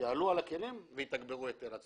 יעלו על הכלים ויתגברו את אילת.